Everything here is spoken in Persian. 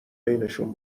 بینشون